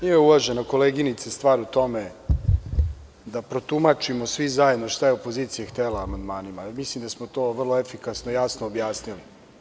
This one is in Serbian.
Nije, uvažena koleginice, stvar u tome da protumačimo svi zajedno šta je opozicija htela amandmanima, jer mislim da smo to vrlo efikasno i jasno objasnili.